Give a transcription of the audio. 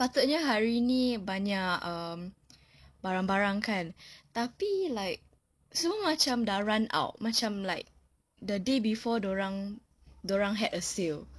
patutnya hari ini banyak um barang-barang kan tapi like semua macam sudah run out macam like the day before dia orang dia orang had a sale